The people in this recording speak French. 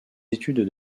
études